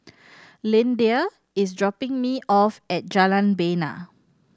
Lyndia is dropping me off at Jalan Bena